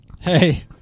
Hey